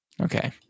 Okay